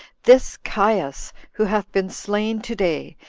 this caius, who hath been slain today,